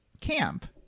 camp